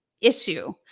issue